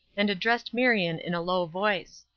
and addressed marion in a low voice.